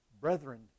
brethren